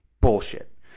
Bullshit